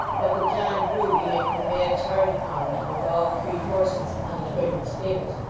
but that john grueby, making a mad charge upon them with all three horses, on his way to the stables,